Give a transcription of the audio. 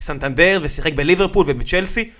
סנטנדר ושיחק בליברפול ובצ'לסי